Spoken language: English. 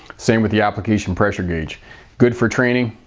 same with the application pressure gauge good for training,